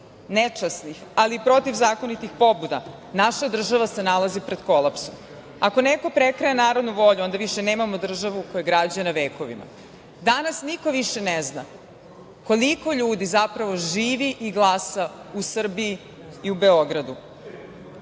nečasnih, ali i protivzakonitih pobuda naša država se nalazi pred kolapsom. Ako neko prekraja narodnu volju, onda više nemamo državu koja je građena vekovima. Danas niko više ne zna koliko ljudi zapravo živi i glasa u Srbiji i u Beogradu. Ovo